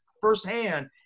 firsthand